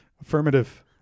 affirmative